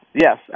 yes